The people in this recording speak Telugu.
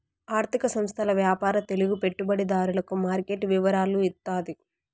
ఆర్థిక సంస్థల వ్యాపార తెలుగు పెట్టుబడిదారులకు మార్కెట్ వివరాలు ఇత్తాది